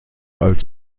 als